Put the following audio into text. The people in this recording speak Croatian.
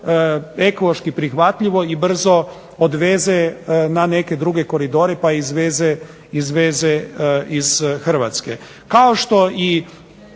ekološki prihvatljivo i brzo odveze na neke druge koridore pa izveze iz Hrvatske.